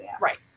right